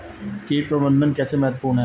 कीट प्रबंधन कैसे महत्वपूर्ण है?